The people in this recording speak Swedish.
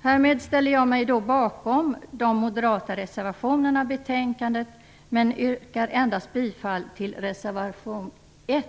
Härmed ställer jag mig bakom de moderata reservationerna vid betänkandet men yrkar för vinnande av tid endast bifall till reservation 1.